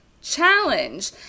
Challenge